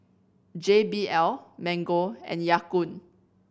J B L Mango and Ya Kun